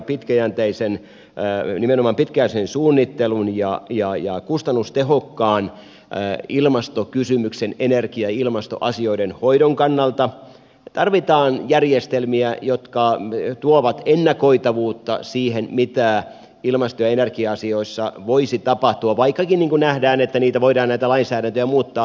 pitkäjänteisen ja yhden ilman pitkää sen suunnittelun ja kustannustehokkaan ilmastokysymyksen energia ja ilmastoasioiden hoidon kannalta tarvitaan varmasti järjestelmiä jotka tuovat ennakoitavuutta siihen mitä ilmasto ja energia asioissa voisi tapahtua vaikkakin niin kuin nähdään näitä lainsäädäntöjä voidaan muuttaa